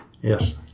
yes